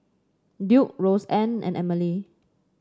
Duke Roseann and Emely